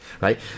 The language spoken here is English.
Right